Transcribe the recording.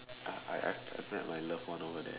I I I I met my loved one over there